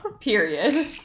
period